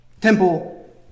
temple